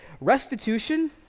restitution